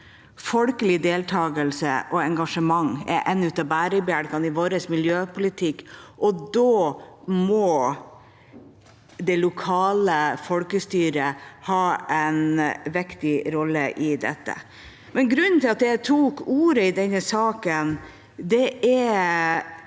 Folkelig deltakelse og engasjement er en av bærebjelkene i vår miljøpolitikk, og da må det lokale folkestyret ha en viktig rolle i dette. Grunnen til at jeg tok ordet i denne saken, er